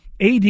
AD